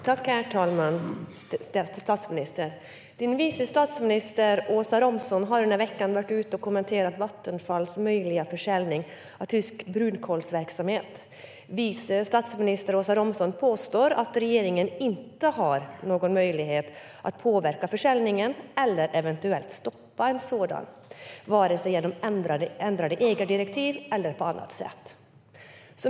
Herr talman! Statsministerns vice statsminister Åsa Romson har under veckan varit ute och kommenterat Vattenfalls möjliga försäljning av tysk brunkolsverksamhet. Vice statsminister Åsa Romson påstår att regeringen inte har någon möjlighet att påverka försäljningen eller eventuellt stoppa en sådan, vare sig genom ändrade ägardirektiv eller på annat sätt.